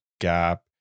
gap